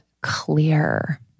clear